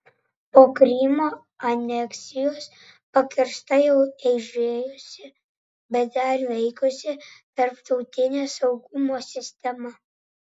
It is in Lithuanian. po krymo aneksijos pakirsta jau eižėjusi bet dar veikusi tarptautinė saugumo sistema